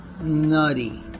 nutty